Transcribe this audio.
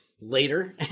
later